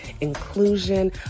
inclusion